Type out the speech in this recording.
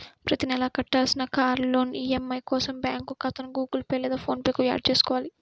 ప్రతి నెలా కట్టాల్సిన కార్ లోన్ ఈ.ఎం.ఐ కోసం బ్యాంకు ఖాతాను గుగుల్ పే లేదా ఫోన్ పే కు యాడ్ చేసుకోవాలి